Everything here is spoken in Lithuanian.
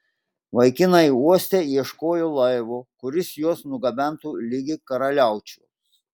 vaikinai uoste ieškojo laivo kuris juos nugabentų ligi karaliaučiaus